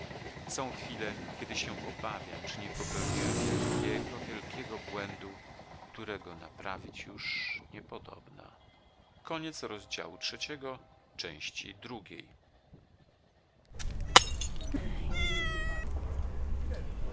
są chwile kiedy się obawiam czy nie popełniłem wielkiego wielkiego błędu którego naprawić już niepodobna